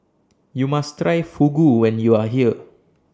YOU must Try Fugu when YOU Are here